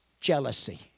jealousy